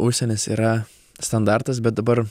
užsienis yra standartas bet dabar